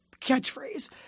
catchphrase –